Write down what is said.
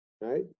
right